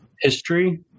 history